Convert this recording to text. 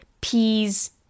peas